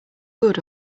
good